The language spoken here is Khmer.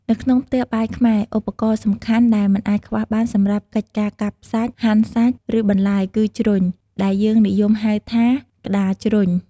នៅក្នុងផ្ទះបាយខ្មែរ ឧបករណ៍សំខាន់ដែលមិនអាចខ្វះបានសម្រាប់កិច្ចការកាប់សាច់ ហាន់សាច់ ឬបន្លែ គឺ ជ្រញ់ ដែលយើងនិយមហៅថា ក្ដារជ្រញ់។